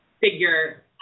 figure